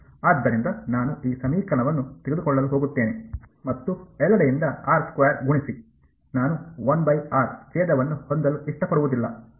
ಆದ್ದರಿಂದ ನಾನು ಈ ಸಮೀಕರಣವನ್ನು ತೆಗೆದುಕೊಳ್ಳಲು ಹೋಗುತ್ತೇನೆ ಮತ್ತು ಎಲ್ಲೆಡೆಯಿಂದ ಗುಣಿಸಿ ನಾನು ಛೇದವನ್ನು ಹೊಂದಲು ಇಷ್ಟಪಡುವುದಿಲ್ಲ